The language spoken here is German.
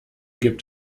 gibt